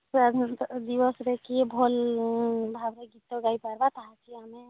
ସ୍ୱାଧୀନତା ଦିବସରେ କିଏ ଭଲ ଭାବେ ଗୀତ ଗାଇ ପାରିବ ତାହା ବି ଆମେ